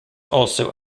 also